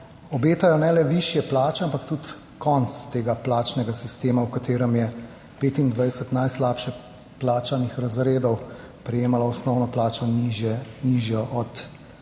obetajo ne le višje plače, ampak tudi konec tega plačnega sistema v katerem je 25 najslabše plačanih razredov prejemalo osnovno plačo nižje od